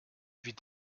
vit